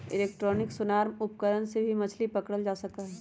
electronic sonar उपकरण से भी मछली पकड़ल जा सका हई